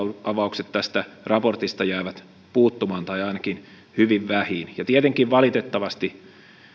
avaukset tästä raportista jäävät puuttumaan tai ainakin hyvin vähiin ja tietenkin valitettavasti